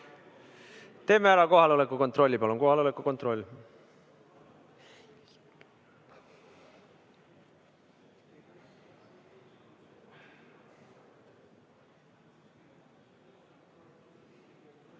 Teeme ära kohaloleku kontrolli,